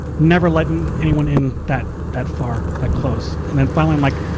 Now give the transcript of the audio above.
never letting anyone in that, that far, that close. and then, finally, i'm like,